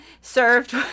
Served